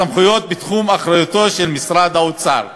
הסמכויות בתחום אחריותו של משרד האוצר.